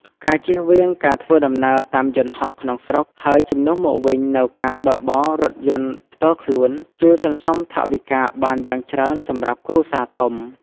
ការជៀសវាងការធ្វើដំណើរតាមយន្តហោះក្នុងស្រុក ហើយជំនួសមកវិញនូវការបើកបររថយន្តផ្ទាល់ខ្លួន ជួយសន្សំថវិកាបានយ៉ាងច្រើនសម្រាប់គ្រួសារធំ។